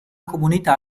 comunità